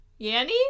Yanny